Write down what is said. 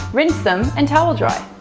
rinse them and towel dry.